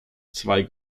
zwei